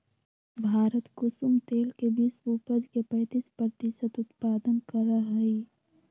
भारत कुसुम तेल के विश्व उपज के पैंतीस प्रतिशत उत्पादन करा हई